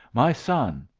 my son,